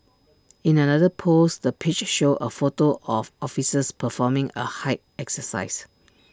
in another post the page showed A photo of officers performing A height exercise